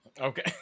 Okay